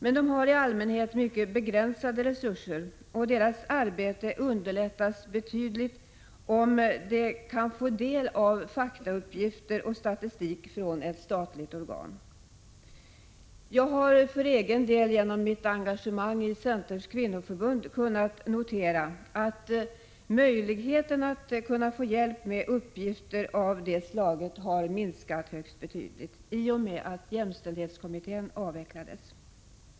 Men de har i allmänhet mycket begränsade resurser, och deras arbete underlättas betydligt, om de kan få del av faktauppgifter och statistik från ett statligt organ. Jag har för egen del, genom mitt engagemang i centerns kvinnoförbund, kunnat notera att möjligheten att få hjälp med uppgifter av det slaget har minskat betydligt i och med att jämställdhetskommittén avvecklades.